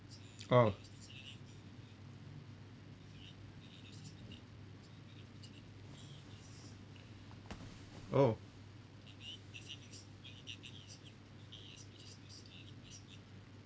orh oh